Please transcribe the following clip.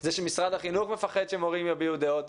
זה שמשרד החינוך מפחד שמורים יביעו דעות,